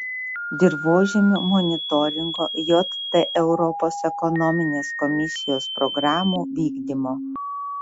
dirvožemių monitoringo jt europos ekonominės komisijos programų vykdymo